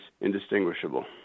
indistinguishable